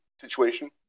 situation